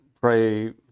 pray